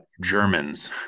Germans